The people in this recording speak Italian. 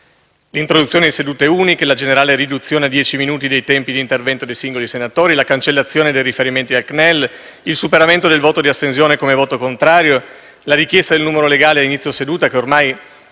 L'introduzione di sedute uniche, la generale riduzione a dieci minuti dei tempi di intervento dei singoli senatori, la cancellazione dei riferimenti al CNEL, il superamento del voto di astensione come voto contrario e la richiesta del numero legale a inizio seduta, che ormai